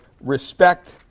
respect